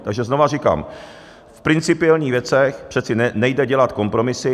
Takže znova říkám: V principiálních věcech přece nejde dělat kompromisy.